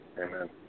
Amen